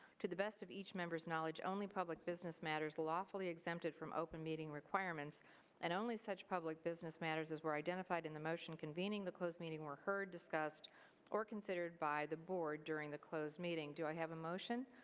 to the best of each member's knowledge only public business matters lawfully exempted from opening meeting requirements and only such public business matters as were identified in the motion convening the closed meeting were heard, discussed or considered by the board during the closed meeting. do i have a motion.